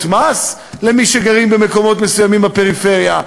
מס למי שגרים במקומות מסוימים בפריפריה,